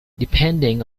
depending